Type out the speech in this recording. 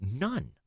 none